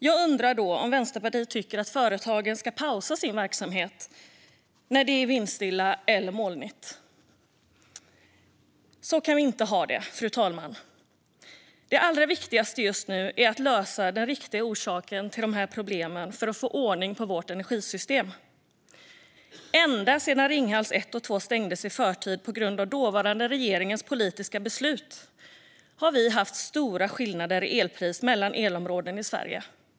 Jag undrar om Vänsterpartiet tycker att företagen ska pausa sin verksamhet när det är vindstilla eller molnigt. Fru talman! Så kan vi inte ha det. Det allra viktigaste just nu är att lösa den riktiga orsaken till problemen och få ordning på vårt energisystem. Ända sedan Ringhals 1 och 2 stängdes i förtid på grund av den dåvarande regeringens politiska beslut har vi haft stora skillnader i elpris mellan elområden i Sverige.